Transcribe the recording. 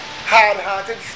hard-hearted